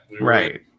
Right